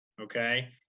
okay